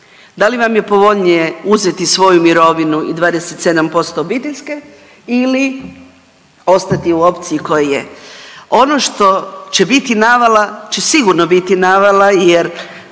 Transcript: da li vam je povoljnije uzeti svoju mirovinu i 27% obiteljske ili ostati u opciji koja je. Ono što će biti navala će sigurno biti navala jer